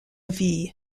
ville